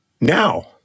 now